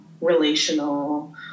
relational